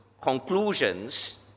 conclusions